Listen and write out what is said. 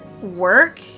work